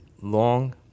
long